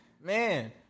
Man